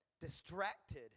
distracted